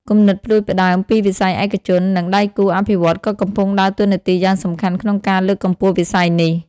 គំនិតផ្តួចផ្តើមពីវិស័យឯកជន និងដៃគូអភិវឌ្ឍន៍ក៏កំពុងដើរតួនាទីយ៉ាងសំខាន់ក្នុងការលើកកម្ពស់វិស័យនេះ ។